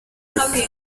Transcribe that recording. hamwe